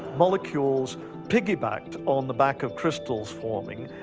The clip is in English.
molecules piggybacked on the back of crystals forming,